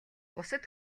бусад